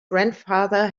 grandfather